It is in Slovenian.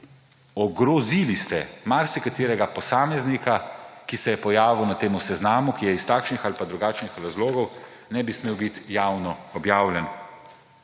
ogrozili ste marsikaterega posameznika, ki se je pojavil na tem seznamu, ki iz takšnih ali pa drugačnih razlogov ne bi smel biti javno objavljen.